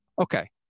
Okay